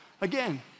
again